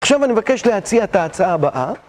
עכשיו אני מבקש להציע את ההצעה הבאה